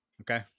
Okay